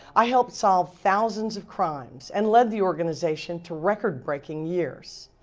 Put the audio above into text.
i helped solve thousands of crimes and led the organization to record-breaking years.